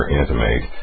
intimate